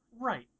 Right